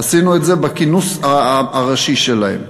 עשינו את זה בכינוס הראשי שלהם.